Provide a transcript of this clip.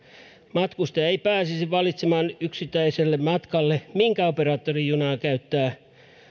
matkustaja ei pääsisi valitsemaan yksittäisellä matkalla minkä operaattorin junaa hän käyttää